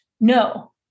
No